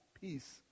peace